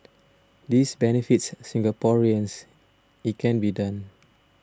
this benefits Singaporeans it can be done